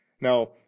Now